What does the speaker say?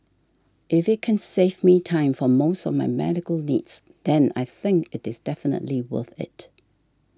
if it can save me time for most of my medical needs then I think it is definitely worth it